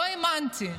לא האמנתי.